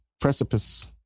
precipice